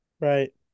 Right